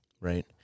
Right